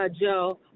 Joe